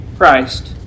Christ